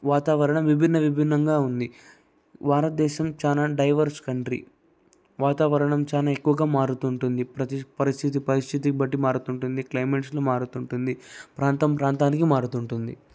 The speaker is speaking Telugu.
వాతావరణ విభిన్న విభిన్నంగా ఉంది భారతదేశం చాలా డైవర్స్ కంట్రీ వాతావరణం చానా ఎక్కువగా మారుతుంటుంది ప్రతి పరిస్థితి పరిస్థితి బట్టి మారుతుంటుంది క్లైమేట్స్ను మారుతుంటుంది ప్రాంతం ప్రాంతానికి మారుతుంటుంది